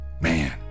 Man